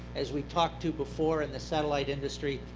as we've talked to before in the satellite industry,